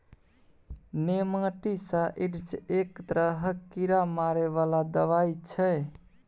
nematicides एक तरहक कीड़ा मारै बला दबाई छै